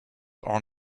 are